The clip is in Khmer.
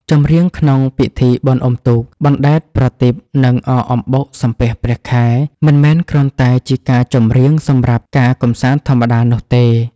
ចម្រៀងក្នុងពិធីបុណ្យអុំទូក បណ្តែតប្រទីប និងអកអំបុក សំពះព្រះខែ មិនមែនគ្រាន់តែជាការចម្រៀងសម្រាប់ការកម្សាន្តធម្មតានោះទេ។